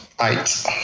eight